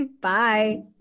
Bye